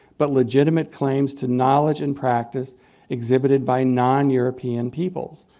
but legitimate, claims to knowledge in practice exhibited by non-european peoples.